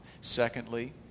Secondly